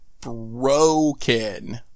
broken